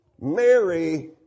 Mary